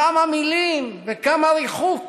כמה מילים וכמה ריחוק.